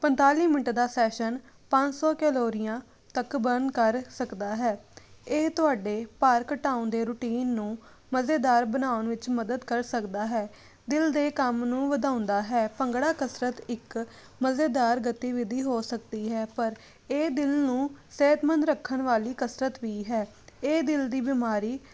ਪੰਤਾਲੀ ਮਿੰਟ ਦਾ ਸੈਸ਼ਨ ਪੰਜ ਸੋ ਕੈਲੋਰੀਆਂ ਤੱਕ ਬਰਨ ਕਰ ਸਕਦਾ ਹੈ ਇਹ ਤੁਹਾਡੇ ਭਾਰ ਘਟਾਉਣ ਦੇ ਰੂਟੀਨ ਨੂੰ ਮਜ਼ੇਦਾਰ ਬਣਾਉਣ ਵਿੱਚ ਮਦਦ ਕਰ ਸਕਦਾ ਹੈ ਦਿਲ ਦੇ ਕੰਮ ਨੂੰ ਵਧਾਉਂਦਾ ਹੈ ਭੰਗੜਾ ਕਸਰਤ ਇੱਕ ਮਜ਼ੇਦਾਰ ਗਤੀਵਿਧੀ ਹੋ ਸਕਦੀ ਹੈ ਪਰ ਇਹ ਦਿਲ ਨੂੰ ਸਿਹਤਮੰਦ ਰੱਖਣ ਵਾਲੀ ਕਸਰਤ ਵੀ ਹੈ ਇਹ ਦਿਲ ਦੀ ਬਿਮਾਰੀ